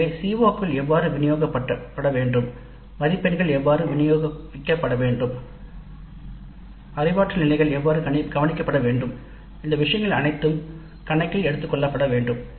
எனவே சிஓக்கள் எவ்வாறு விநியோகிக்கப்பட வேண்டும் மதிப்பெண்கள் எவ்வாறு விநியோகிக்கப்பட வேண்டும் அறிவாற்றல் நிலைகள் எவ்வாறு கவனிக்கப்பட வேண்டும் இந்த விஷயங்கள் அனைத்தும் கணக்கில் எடுத்துக்கொள்ளப்பட வேண்டும்